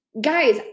Guys